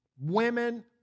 women